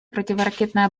противоракетной